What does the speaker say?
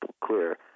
clear